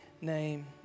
name